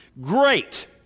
Great